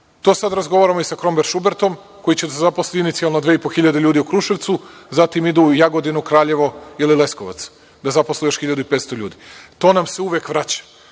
To sada razgovaramo i sa „Kromber Šubertom“, koji će da zaposli inicijalno 2.500 ljudi u Kruševcu, zatim ide u Jagodinu, Kraljevo ili Leskovac da zaposli još 1.500 ljudi. To nam se uvek vraća.